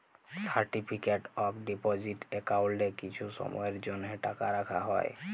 certificate of deposit একাউল্টে কিছু সময়ের জ্যনহে টাকা রাখা হ্যয়